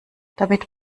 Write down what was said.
damit